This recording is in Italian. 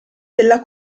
della